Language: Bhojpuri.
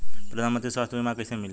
प्रधानमंत्री स्वास्थ्य बीमा कइसे मिली?